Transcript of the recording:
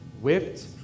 whipped